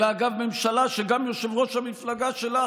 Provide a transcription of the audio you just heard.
אלא גם ממשלה שגם יושב-ראש המפלגה שלך,